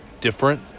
different